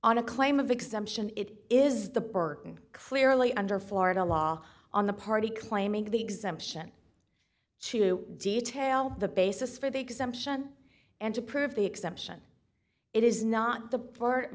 on a claim of exemption it is the burden clearly under florida law on the party claiming the exemption to detail the basis for the exemption and to prove the exception it is not the